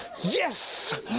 Yes